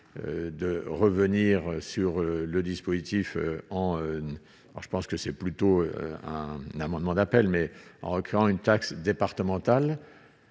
de revenir sur le dispositif en alors je pense que c'est plutôt un amendement d'appel mais en requérant une taxe départementale